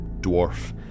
dwarf